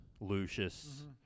Lucius